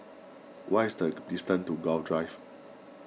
what is the distance to Gul Drive